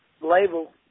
label